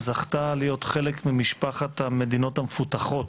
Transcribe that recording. זכתה להיות חלק ממשפחת המדינות המפותחות,